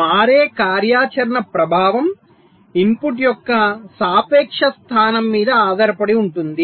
మారే కార్యాచరణ ప్రభావం ఇన్పుట్ యొక్క సాపేక్ష స్థానం మీద ఆధారపడి ఉంటుంది